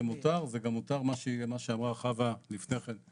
זה מותר, זה גם מותר מה שאמרה חוה לפני כן,